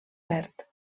verd